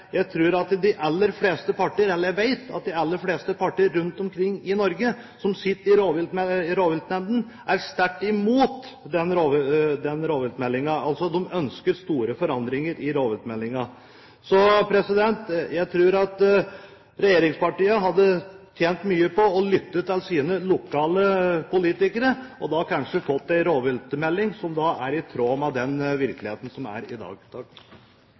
jeg vet at de aller fleste partier rundt omkring i Norge, som sitter i rovviltnemndene, er sterkt imot den rovviltmeldingen. De ønsker store forandringer i meldingen. Jeg tror at regjeringspartiene hadde tjent mye på å lytte til sine lokale politikere – da hadde vi kanskje fått en rovviltmelding som er i tråd med virkeligheten.